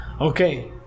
Okay